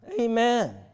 Amen